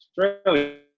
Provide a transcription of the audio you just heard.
Australia